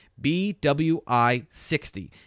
BWI60